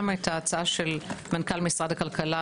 גם את ההצעה של מנכ"ל משרד הכלכלה,